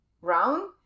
round